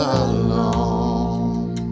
alone